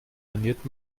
garniert